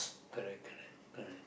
correct correct correct